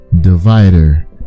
Divider